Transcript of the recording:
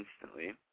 instantly